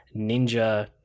Ninja